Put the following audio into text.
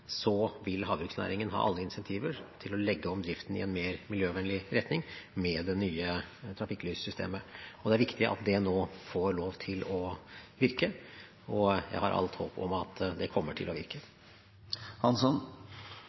vil havbruksnæringen ha alle incentiver til å legge om driften i en mer miljøvennlig retning, med det nye trafikklyssystemet. Det er viktig at det nå får lov til å virke, og jeg har alt håp om at det kommer til å virke.